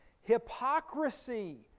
hypocrisy